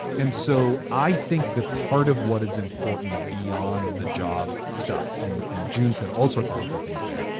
and so i think that part of what is important beyond the job stuff and and june's had all sorts of helpful things there,